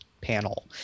panel